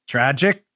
Tragic